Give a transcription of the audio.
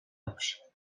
lepszy